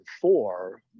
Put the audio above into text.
four